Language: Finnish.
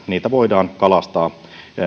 niitä voidaan kalastaa